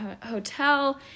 hotel